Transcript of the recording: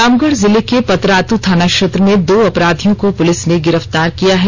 रामगढ जिले के पतरातू थाना क्षेत्र में दो अपराधियों को पुलिस ने गिरफ्तार किया है